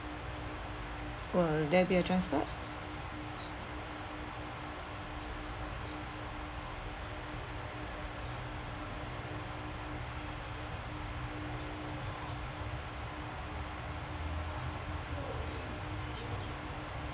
were there be a transport